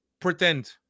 pretend